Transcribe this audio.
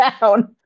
down